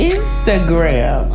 Instagram